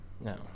No